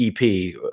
EP